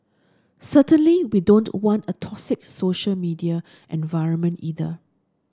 certainly we don't want a toxic social media environment either